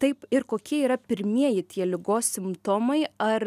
taip ir kokie yra pirmieji tie ligos simptomai ar